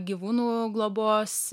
gyvūnų globos